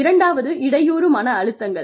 இரண்டாவது இடையூறு மன அழுத்தங்கள்